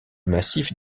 massif